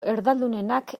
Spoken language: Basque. erdaldunenak